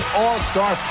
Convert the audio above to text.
all-star